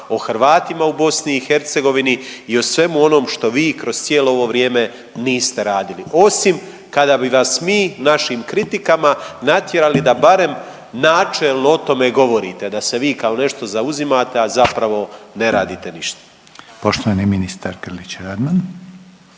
o Hrvatima u BiH i o svemu onom što vi kroz cijelo vrijeme niste radili osim kada bi vas mi našim kritikama natjerali da barem načelno o tome govorite da se vi kao nešto zauzimate, a zapravo ne radite ništa. **Reiner, Željko (HDZ)** Poštovani ministar Grlić Radman.